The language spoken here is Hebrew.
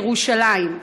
בירושלים.